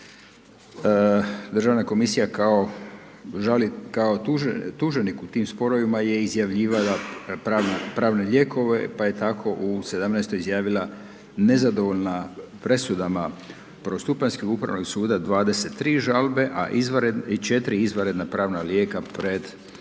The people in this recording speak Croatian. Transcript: Državna komisija kao tuženik u tim sporovima je izjavljivala pravne lijekove, pa je tako u '17. izjavila nezadovoljna presudama prvostupanjskog Upravnog suda 23 žalbe i 4 izvanredna pravna lijeka pred zapravo